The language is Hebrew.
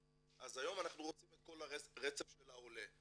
אז היום אנחנו רוצים את כל הרצף של העולה.